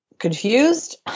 confused